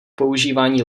používání